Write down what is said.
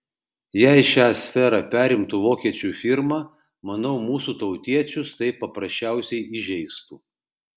jei šią sferą perimtų vokiečių firma manau mūsų tautiečius tai paprasčiausiai įžeistų